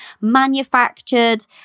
manufactured